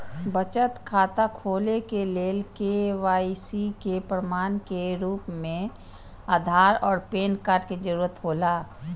बचत खाता खोले के लेल के.वाइ.सी के प्रमाण के रूप में आधार और पैन कार्ड के जरूरत हौला